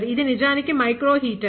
ఇది నిజానికి micro heater